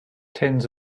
tens